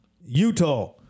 Utah